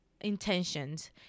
intentions